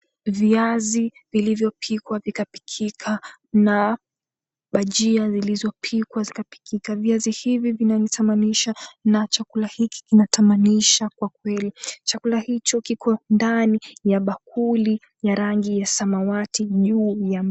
Viazi vilivyopikwa vimepikika na bajia zilizopikwa zikipikika. Viazi hivi vinanitamanisha na chakula hiki kinatamanisha kwa kweli. Chakula hicho kiko ndani ya bakuli ya rangi ya samawati juu ya.